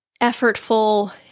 effortful